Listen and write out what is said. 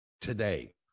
today